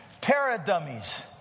para-dummies